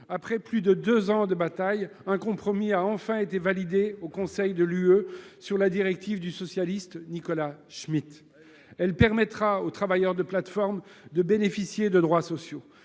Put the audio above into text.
Après plus de deux ans de bataille, un compromis a enfin été validé au Conseil de l’Union européenne sur la directive du socialiste Nicolas Schmit. Très bien ! Cela permettra aux travailleurs des plateformes de bénéficier de droits sociaux.